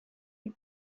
zen